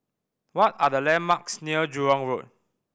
what are the landmarks near Jurong Road